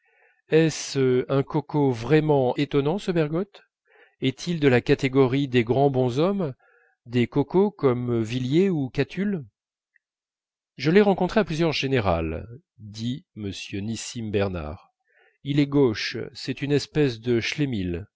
est-ce un coco vraiment étonnant ce bergotte est-il de la catégorie des grands bonshommes des cocos comme villiers ou catulle je l'ai rencontré à plusieurs générales dit m nissim bernard il est gauche c'est une espèce de